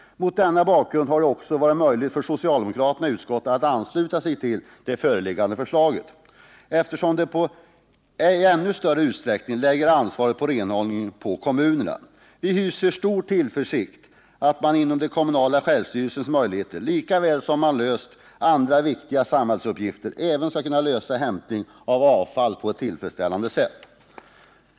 Mot denna bakgrund har det också varit möjligt för socialdemokraterna i utskottet att ansluta sig till det föreliggande förslaget, eftersom det i ännu större utsträckning lägger ansvaret för renhållningen på kommunerna. Vi hyser stor tillförsikt att man inom den kommunala självstyrelsens ram, lika väl som man har löst andra viktiga samhällsuppgifter, även skall kunna lösa hämtningen av avfall på ett tillfredsställande sätt.